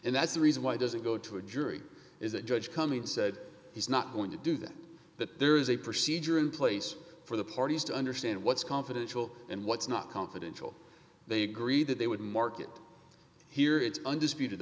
and that's the reason why doesn't go to a jury is that judge coming said he's not going to do that that there is a procedure in place for the parties to understand what's confidential and what's not confidential they agreed that they would market here it's undisputed